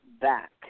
back